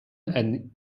and